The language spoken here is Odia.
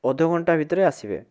ଅଧଘଣ୍ଟା ଭିତରେ ଆସିବେ